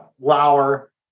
Lauer